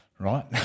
Right